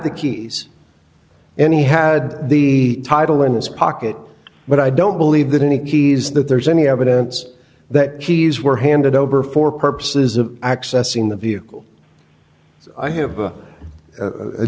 the keys and he had the title in his pocket but i don't believe that any keys that there's any evidence that keys were handed over for purposes of accessing the vehicle i have a